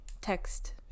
Text